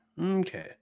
Okay